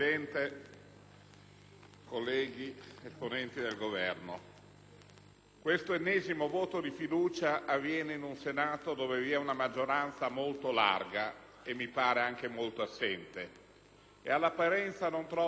colleghi, esponenti del Governo, questo ennesimo voto di fiducia avviene in un Senato dove vi è una maggioranza molto larga - e, mi pare, anche molto assente - e all'apparenza non trova spiegazione.